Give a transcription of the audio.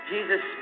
Jesus